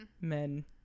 men